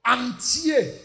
entier